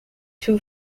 too